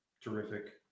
terrific